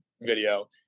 video